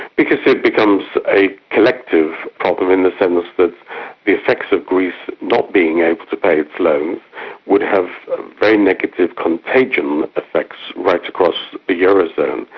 because it becomes a collective problem in the sense that the effects of greece not being able to pay its loans would have very negative contagion effects right across the eurozone.